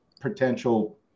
potential